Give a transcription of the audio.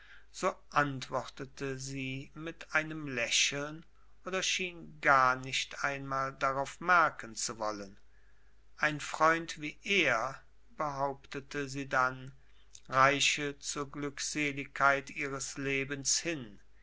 so antwortete sie mit einem lächeln oder schien gar nicht einmal darauf merken zu wollen ein freund wie er behauptete sie dann reiche zur glückseligkeit ihres lebens hin